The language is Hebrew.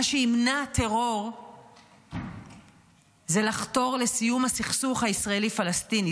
מה שימנע טרור זה לחתור לסיום הסכסוך הישראלי-פלסטיני,